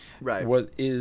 Right